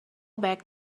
back